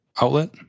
outlet